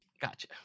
Gotcha